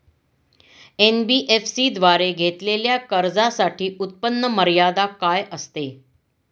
NBFC द्वारे घेतलेल्या कर्जासाठी उत्पन्न मर्यादा काय असते?